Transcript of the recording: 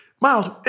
Miles